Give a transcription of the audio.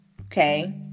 Okay